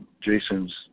Jason's